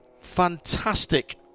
Fantastic